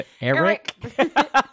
eric